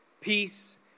peace